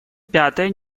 пятое